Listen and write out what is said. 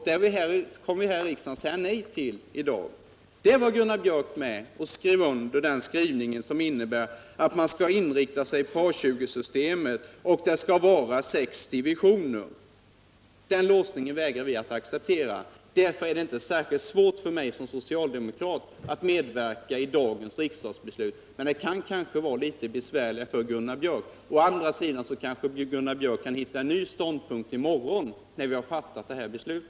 Det planet kommer vi här i riksdagen att säga nej till i dag. Gunnar Björk deltog i godkännandet av den skrivning som innebar att man skall inrikta sig på A 20-systemet och ha sex divisioner av sådana plan. Den låsningen vägrar vi att acceptera. Därför är det inte särskilt svårt för mig som socialdemokrat att medverka i dagens riksdagsbeslut. Men det kan kanske vara litet besvärligare för Gunnar Björk. Å andra sidan kanske Gunnar Björk kan finna en ny ståndpunkt i morgon, efter det att vi fattat dagens beslut.